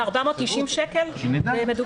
מדובר ב-490 שקלים?